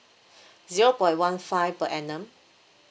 zero point one five per annum